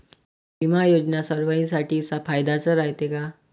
बिमा योजना सर्वाईसाठी फायद्याचं रायते का?